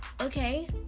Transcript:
okay